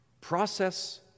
process